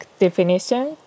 definition